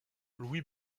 louis